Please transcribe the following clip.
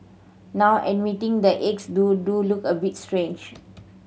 now admitting the eggs to do look a bit strange